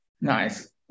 Nice